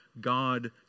God